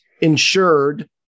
insured